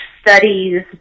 studies